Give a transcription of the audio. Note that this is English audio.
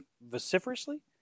vociferously